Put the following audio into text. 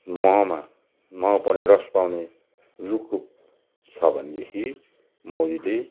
महमा मह पाउने रस पाउने रुखको छ भनेदेखि मौरीले